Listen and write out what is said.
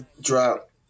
drop